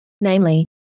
namely